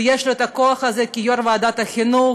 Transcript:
ויש לו הכוח הזה כיו"ר ועדת החינוך.